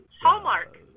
Hallmark